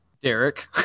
Derek